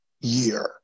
year